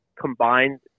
combined